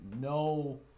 no